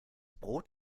brot